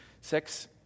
Sex